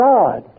God